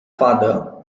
father